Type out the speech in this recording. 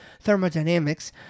thermodynamics